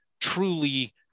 truly